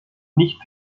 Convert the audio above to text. nicht